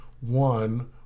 one